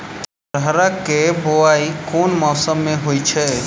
अरहर केँ बोवायी केँ मौसम मे होइ छैय?